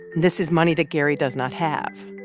this is money that gary does not have.